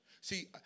See